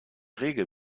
regel